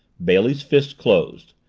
bailey's fist closed.